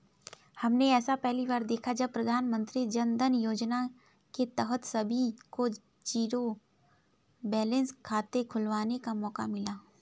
हमने ऐसा पहली बार देखा है जब प्रधानमन्त्री जनधन योजना के तहत सभी को जीरो बैलेंस खाते खुलवाने का मौका मिला